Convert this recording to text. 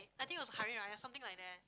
I think was Hari-Raya something like that